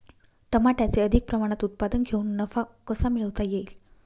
टमाट्याचे अधिक प्रमाणात उत्पादन घेऊन नफा कसा मिळवता येईल?